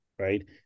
Right